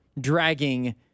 dragging